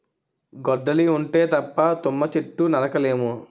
గొడ్డలి ఉంటే తప్ప తుమ్మ చెట్టు నరక లేము